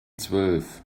zwölf